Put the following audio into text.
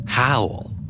Howl